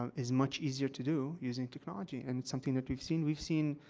um is much easier to do using technology, and it's something that we've seen. we've seen,